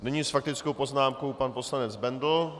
Nyní s faktickou poznámkou pan poslanec Bendl.